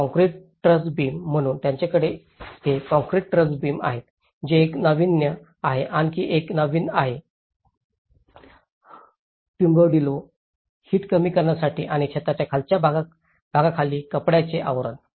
concrete truss beam म्हणून त्यांच्याकडे हे कॉंक्रीट ट्रस बीम आहेत जे एक नावीन्य आहे आणि आणखी एक नावीन्य आहे टुम्बाडिलो हीट कमी करण्यासाठी आणि छताच्या खालच्या भागाखाली कपड्याचे आवरण